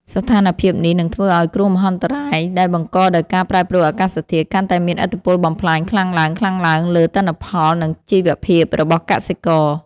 ស្ថានភាពនេះនឹងធ្វើឱ្យគ្រោះមហន្តរាយដែលបង្កដោយការប្រែប្រួលអាកាសធាតុ កាន់តែមានឥទ្ធិពលបំផ្លាញខ្លាំងឡើងៗលើទិន្នផល និងជីវភាពរបស់កសិករ។